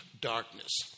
darkness